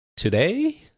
Today